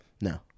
No